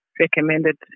recommended